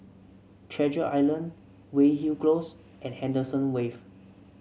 Treasure Island Weyhill Close and Henderson Wave